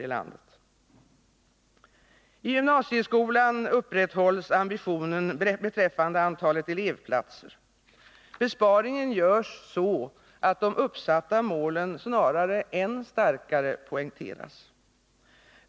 I gymnasieskolan upprätthålls ambitionen beträffande antalet elevplatser. Besparingen görs så att de uppsatta målen snarare än starkare poängteras.